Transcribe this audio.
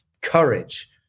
courage